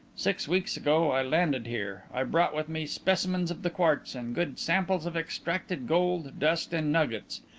six weeks ago i landed here. i brought with me specimens of the quartz and good samples of extracted gold, dust and nuggets,